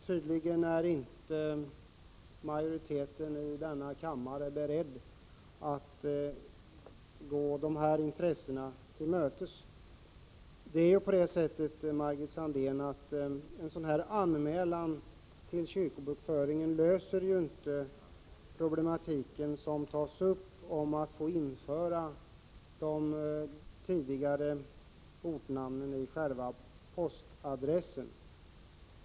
Tydligen är inte majoriteten i denna kammare beredd att gå dessa intressen till mötes. Det är ju så, Margit Sandéhn, att en anmälan till kyrkobokföringen inte löser den problematik som tagits upp om att få införa tidigare ortnamn i själva postadressen.